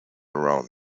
around